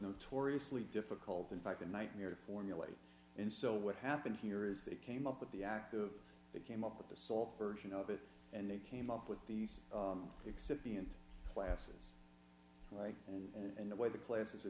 notoriously difficult in fact a nightmare to formulate in so what happened here is they came up with the active they came up with the sole version of it and they came up with these except be in classes right and the way the classes are